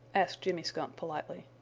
asked jimmy skunk politely.